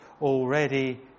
already